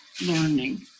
learning